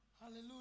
hallelujah